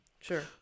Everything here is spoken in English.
Sure